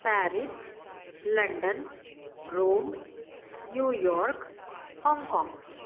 Paris London Rome New York Hong Kong